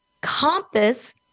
compass